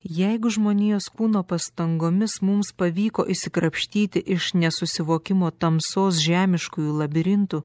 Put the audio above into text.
jeigu žmonijos kūno pastangomis mums pavyko išsikrapštyti iš nesusivokimo tamsos žemiškųjų labirintų